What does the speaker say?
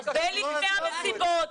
הרבה לפני המסיבות.